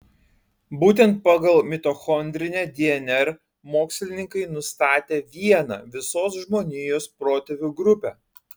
būtent pagal mitochondrinę dnr mokslininkai nustatė vieną visos žmonijos protėvių grupę